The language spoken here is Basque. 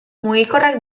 mugikorrak